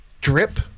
Drip